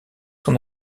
son